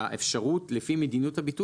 לא כתוב שהאפשרות לפי מדיניות הביטול